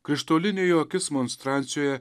krištolinė jo akis monstrancijoje